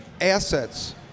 assets